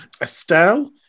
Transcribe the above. Estelle